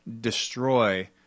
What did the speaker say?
destroy